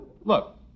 Look